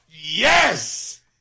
yes